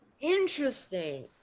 interesting